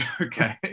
Okay